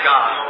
God